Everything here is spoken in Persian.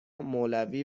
مولوی